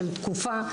של תקופה,